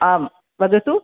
आं वदतु